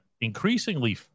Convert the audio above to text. increasingly